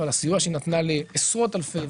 ועל הסיוע שהיא נתנה לעשרות אלפי,